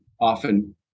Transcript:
often